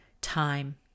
time